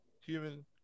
human